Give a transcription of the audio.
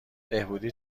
بهبودی